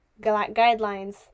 guidelines